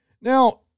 Now